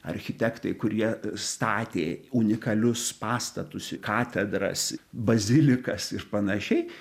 architektai kurie statė unikalius pastatus katedras bazilikas ir panašiai